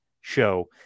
show